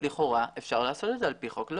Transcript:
לכאורה אפשר לעשות את זה על פי חוק.